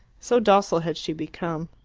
so docile had she become.